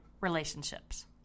relationships